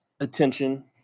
Attention